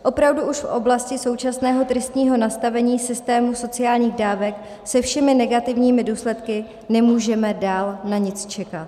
Opravdu už v oblasti současného tristního nastavení systému sociálních dávek se všemi negativními důsledky nemůžeme dál na nic čekat.